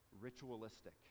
ritualistic